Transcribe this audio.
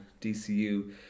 DCU